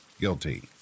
guilty